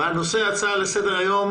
על סדר היום הצעה לסדר היום